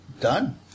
Done